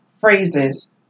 phrases